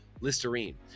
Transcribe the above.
listerine